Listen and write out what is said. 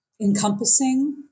encompassing